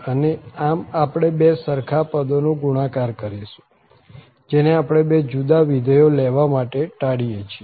અને આમ આપણે બે સરખા પદોનો ગુણાકાર કરીશું જેને આપણે બે જુદા વિધેયો લેવા માટે ટાળીએ છીએ